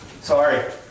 Sorry